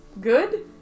good